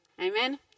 Amen